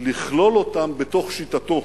לכלול אותם בתוך שיטתו".